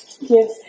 Yes